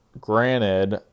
granted